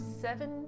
seven